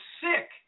sick